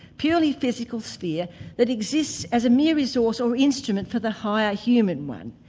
purely physical sphere that exists as a mere resource or instrument for the higher human one.